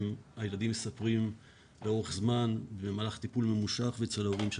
הילדים מספרים לאורך זמן במהלך טיפול ממושך ואצל ההורים שלהם.